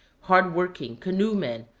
hard-working canoe-men,